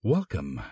Welcome